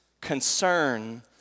concern